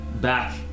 back